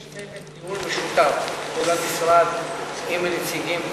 יש צוות ניהול משותף למשרד עם הנציגים,